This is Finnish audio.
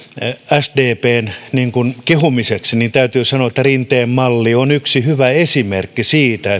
sdpn kehumiseksi niin täytyy sanoa että rinteen malli on yksi hyvä esimerkki siitä